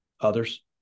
others